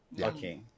Okay